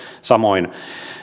samoin